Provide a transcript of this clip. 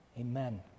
Amen